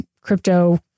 crypto